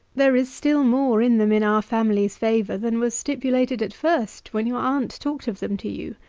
there is still more in them in our family's favour, than was stipulated at first, when your aunt talked of them to you.